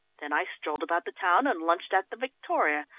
then i strolled about the town and lunched at the victoria.